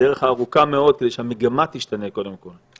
הדרך ארוכה מאוד כדי שהמגמה תשתנה קודם כול,